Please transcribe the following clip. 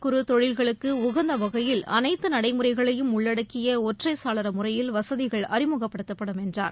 குறு தொழில்களுக்கு உகந்த வகையில் அனைத்து நடைமுறைகளையும் உள்ளடக்கிய ஒற்றை சாளர முறையில் வசதிகள் அறிமுகப்படுத்தப்படும் என்றார்